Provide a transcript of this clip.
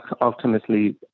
ultimately